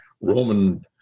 Roman